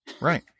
Right